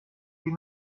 die